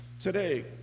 today